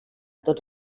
tots